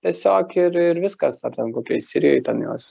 tiesiog ir ir viskas ar ten kokioj sirijoj ten juos